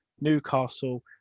Newcastle